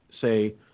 say